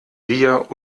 bier